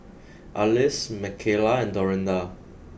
Alys Mckayla and Dorinda